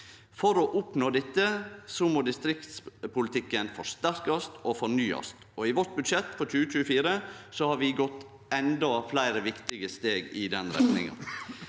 For å oppnå dette må distriktspolitikken forsterkast og fornyast, og i vårt budsjett for 2024 har vi gått endå fleire viktige steg i den retninga.